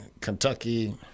Kentucky